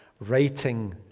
writing